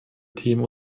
themen